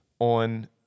on